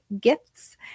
gifts